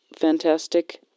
fantastic